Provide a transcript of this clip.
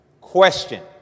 Question